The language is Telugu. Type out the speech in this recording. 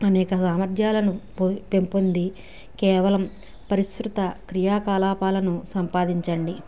అనేక సామర్థ్యాలను పొం పెంపొంది కేవలం పరిశ్రుత క్రియ కలాపాలను సంపాదించండి